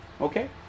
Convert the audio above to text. Okay